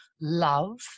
love